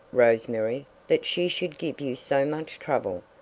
rose-mary, that she should give you so much trouble.